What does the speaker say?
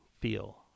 feel